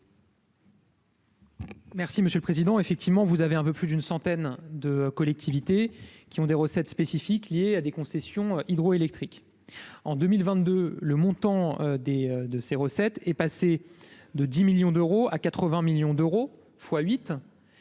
Merci Monsieur le Président, effectivement, vous avez un peu plus d'une centaine de collectivités qui ont des recettes spécifiques liées à des concessions hydroélectriques en 2022, le montant des deux. Ces recettes est passé de 10 millions d'euros à 80 millions d'euros fois